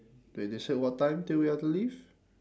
wait they said what time till we have to leave